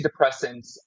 antidepressants